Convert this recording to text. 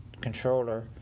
controller